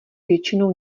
většinou